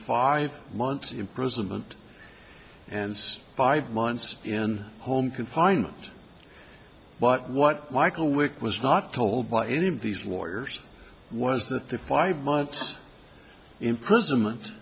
five months imprisonment and five months in home confinement but what michael wick was not told by any of these lawyers was that the five months imprisonment